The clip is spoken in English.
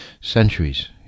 centuries